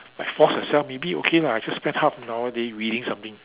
like force yourself maybe okay lah I just spend half an hour daily reading something